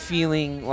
feeling